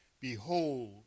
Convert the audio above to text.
Behold